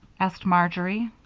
asked marjory.